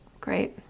Great